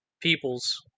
peoples